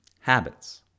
Habits